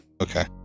Okay